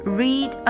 read